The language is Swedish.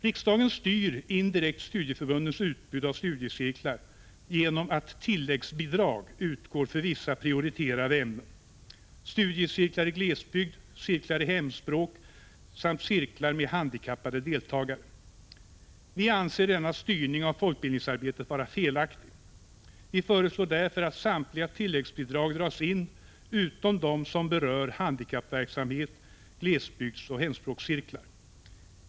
Riksdagen styr indirekt studieförbundens utbud av studiecirklar genom att tilläggsbidrag utgår för vissa prioriterade ämnen — studiecirklar i glesbygd, cirklar i hemspråk samt cirklar med handikappade deltagare. Vi anser denna styrning av folkbildningsarbetet vara felaktig. Vi föreslår därför att samtliga tilläggsbidrag dras in utom de som berör handikappverksamhet, glesbygdsoch hemspråkscirklar.